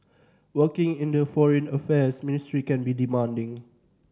working in the Foreign Affairs Ministry can be demanding